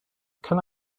can